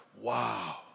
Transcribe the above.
wow